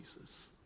jesus